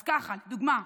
לדוגמה,